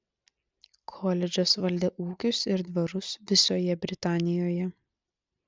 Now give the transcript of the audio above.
koledžas valdė ūkius ir dvarus visoje britanijoje